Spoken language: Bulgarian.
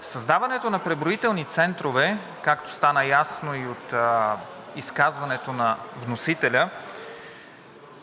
Създаването на преброителни центрове, както стана ясно и от изказването на вносителя,